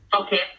Okay